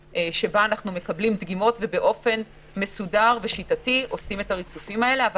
שבה אנחנו מקבלים דגימות ועושים את הריצופים האלה באופן מסודר ושיטתי.